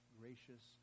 gracious